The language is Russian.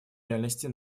реальностью